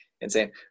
insane